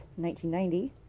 1990